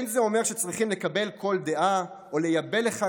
אין זה אומר שצריכים לקבל כל דעה או לייבא לכאן